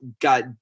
got